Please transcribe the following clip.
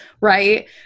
right